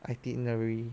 itinerary